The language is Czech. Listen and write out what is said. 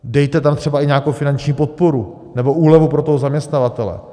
Dejte tam třeba i nějakou finanční podporu nebo úlevu pro zaměstnavatele.